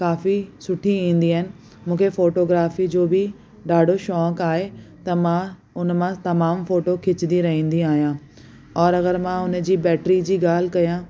काफी सुठी ईंदी आहिनि मूंखे फ़ोटोग्राफी जो बि ॾाढो शौंक़ु आहे त मां हुनमां तमामु फ़ोटो खिचदी रहिंदी आहियां और अगरि मां हुनजी बैटरी जी ॻाल्हि कयां